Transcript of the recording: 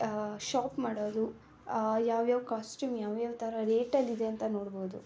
shop ಮಾಡೋದು ಯಾವ್ಯಾವ costume ಯಾವ್ಯಾವ ಥರ ರೇಟಲ್ಲಿ ಇದೆ ಅಂತ ನೋಡ್ಬೋದು